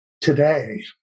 today